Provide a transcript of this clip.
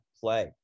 play